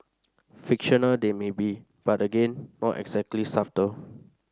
fictional they may be but again not exactly subtle